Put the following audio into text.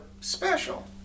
special